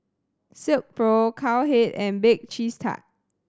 Silkpro Cowhead and Bake Cheese Tart